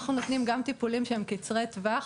אנחנו נותנים גם טיפולים קצרי טווח,